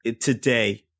today